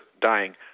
dying